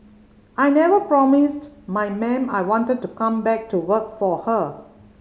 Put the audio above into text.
I never promised my ma'am I wanted to come back to work for her